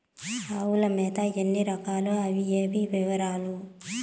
ఆవుల మేత ఎన్ని రకాలు? అవి ఏవి? వివరాలు?